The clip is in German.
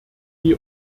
die